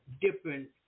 different